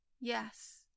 Yes